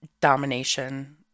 domination